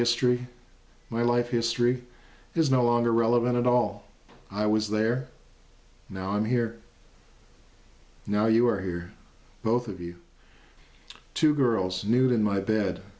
history my life history is no longer relevant at all i was there now i'm here now you are here both of you two girls nude in my bed